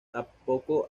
tampoco